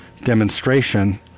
demonstration